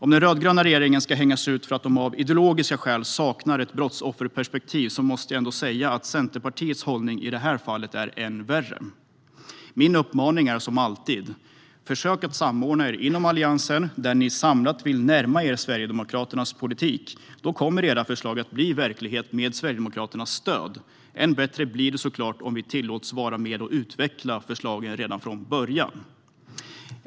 Om den rödgröna regeringen ska hängas ut för att den av ideologiska skäl saknar ett brottsofferperspektiv måste jag säga att Centerpartiets hållning i det här fallet är än värre. Min uppmaning är som alltid: Försök att samordna er inom Alliansen där ni samlat vill närma er Sverigedemokraternas politik! Då kommer era förslag att bli verklighet med Sverigedemokraternas stöd. Än bättre blir det såklart om vi tillåts vara med och utveckla förslagen redan från början.